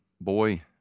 boy